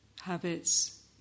habits